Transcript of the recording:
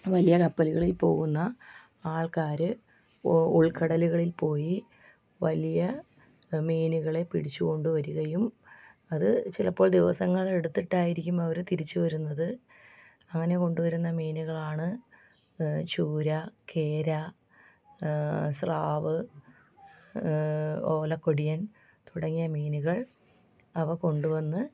വലിയ കപ്പലുകളിൽ പോകുന്ന ആൾക്കാർ ഉൾകടലുകളിൽ പോയി വലിയ മീനുകളെ പിടിച്ചുകൊണ്ട് വരികയും അത് ചിലപ്പോൾ ദിവസങ്ങളെടുത്തിട്ടായിരിക്കും അവർ തിരിച്ച് വരുന്നത് അങ്ങനെ കൊണ്ട് വരുന്ന മീനുകളാണ് ചൂര കേര സ്രാവ് ഓലക്കൊടിയൻ തുടങ്ങിയ മീനുകൾ അവ കൊണ്ട് വന്ന്